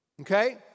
Okay